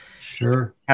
sure